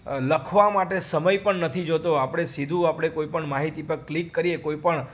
લખવા માટે સમય પણ નથી જોતો આપણે સીધું આપળે કોઈપણ માહિતી પર ક્લિક કરીએ કોઈપણ